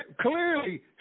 clearly